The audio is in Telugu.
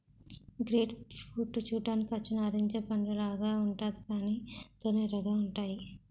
గ్రేప్ ఫ్రూట్ చూడ్డానికి అచ్చు నారింజ పండులాగా ఉంతాది కాని తొనలు ఎర్రగా ఉంతాయి